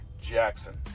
Jackson